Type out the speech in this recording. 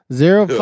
zero